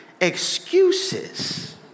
excuses